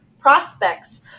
prospects